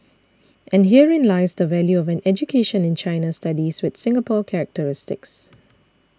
and herein lies the value of an education in China studies with Singapore characteristics